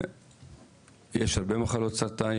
יש הרבה מחלות סרטן,